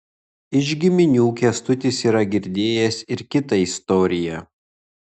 iš giminių kęstutis yra girdėjęs ir kitą istoriją